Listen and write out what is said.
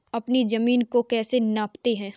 अपनी जमीन को कैसे नापते हैं?